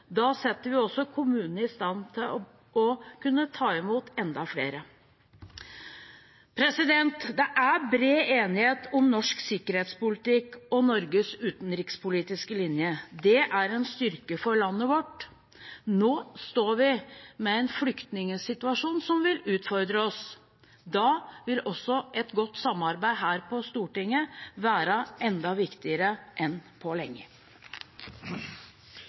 Da setter vi også kommunene i stand til å kunne ta imot enda flere. Det er bred enighet om norsk sikkerhetspolitikk og Norges utenrikspolitiske linje. Det er en styrke for landet vårt. Nå står vi med en flyktningsituasjon som vil utfordre oss, da vil også et godt samarbeid her på Stortinget være enda viktigere enn på lenge.